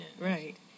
Right